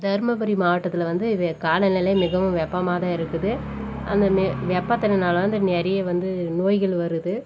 தருமபுரி மாவட்டத்தில் வந்து வே காலநிலை மிகவும் வெப்பமாக தான் இருக்குது அந்த மெ வெப்ப தண்ணினால் வந்து நிறைய வந்து நோய்கள் வருது